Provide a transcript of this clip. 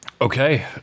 Okay